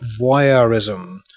voyeurism